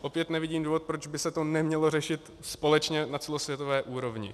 Opět nevidím důvod, proč by se to nemělo řešit společně na celosvětové úrovni.